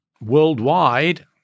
worldwide